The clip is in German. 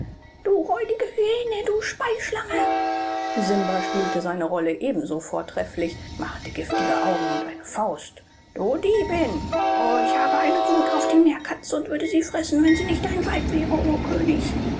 du räudige hyäne du speischlange simba spielte seine rolle ebenso vortrefflich machte giftige augen und eine faust du diebin o ich habe eine wut auf die meerkatze und würde sie fressen wenn sie nicht dein weib wäre herr könig